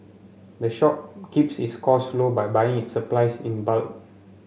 the shop keeps its costs low by buying its supplies in bulk